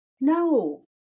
no